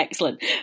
Excellent